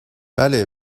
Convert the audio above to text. بله